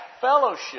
fellowship